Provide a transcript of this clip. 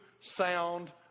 sound